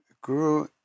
Guru